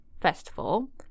festival